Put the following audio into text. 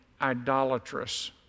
idolatrous